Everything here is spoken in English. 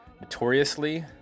Notoriously